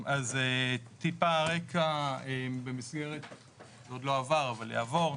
טיפה רקע, זה לא עוד עבר אבל יעבור.